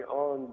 on